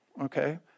okay